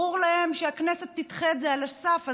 ברור להם שהכנסת תדחה את זה על הסף.